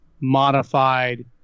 modified